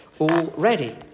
already